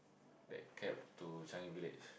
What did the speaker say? that cab to Changi Village